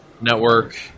network